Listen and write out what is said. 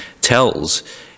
tells